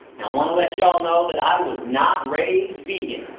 now, i want to let you all know, that i was not raised vegan.